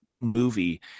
movie